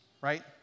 right